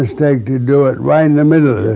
mistake to do it right in the middle of